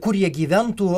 kur jie gyventų